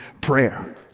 prayer